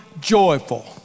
joyful